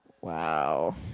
Wow